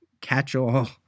catch-all